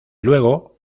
luego